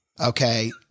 okay